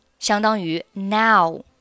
相当于now